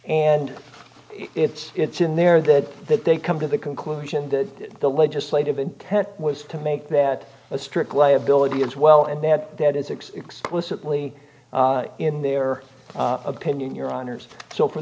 and it's it's in there that that they come to the conclusion that the legislative intent was to make that a strict liability as well and that that is explicitly in their opinion your honour's so for